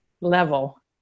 level